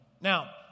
Now